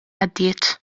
għaddiet